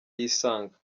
yisanga